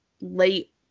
late